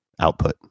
output